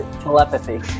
telepathy